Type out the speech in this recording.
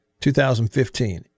2015